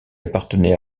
appartenait